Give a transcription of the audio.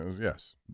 yes